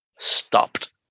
Stopped